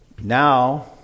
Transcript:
Now